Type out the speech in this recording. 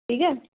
ਠੀਕ ਹੈ